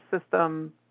system